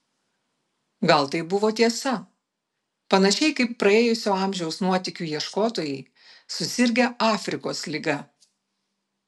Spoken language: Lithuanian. gal tai buvo tiesa panašiai kaip praėjusio amžiaus nuotykių ieškotojai susirgę afrikos liga